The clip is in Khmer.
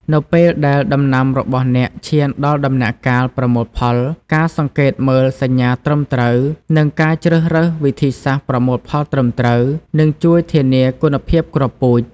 នៅពេលដែលដំណាំរបស់អ្នកឈានដល់ដំណាក់កាលប្រមូលផល ការសង្កេតមើលសញ្ញាត្រឹមត្រូវ និងការជ្រើសរើសវិធីសាស្ត្រប្រមូលផលត្រឹមត្រូវ នឹងជួយធានាគុណភាពគ្រាប់ពូជ។